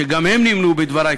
שגם הם נמנו בדברי,